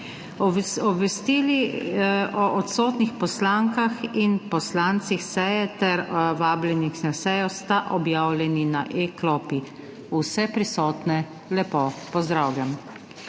Obvestili o odsotnih poslankah in poslancih seje ter vabljenih na sejo sta objavljeni na e-klopi. Vse prisotne lepo pozdravljam!